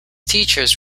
teachers